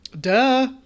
Duh